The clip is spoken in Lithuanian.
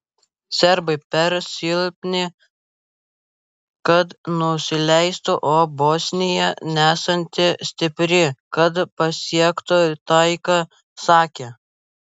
serbai per silpni kad nusileistų o bosnija nesanti stipri kad pasiektų taiką sakė